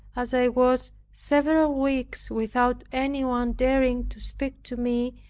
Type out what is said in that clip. as i was several weeks without any one daring to speak to me,